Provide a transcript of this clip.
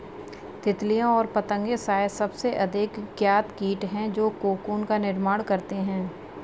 तितलियाँ और पतंगे शायद सबसे अधिक ज्ञात कीट हैं जो कोकून का निर्माण करते हैं